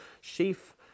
sheaf